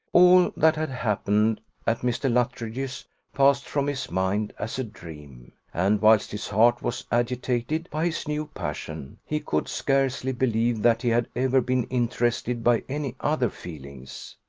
all that had happened at mr. luttridge's passed from his mind as a dream and whilst his heart was agitated by his new passion, he could scarcely believe that he had ever been interested by any other feelings.